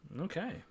Okay